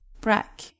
Brack